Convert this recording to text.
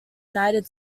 united